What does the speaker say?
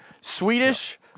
Swedish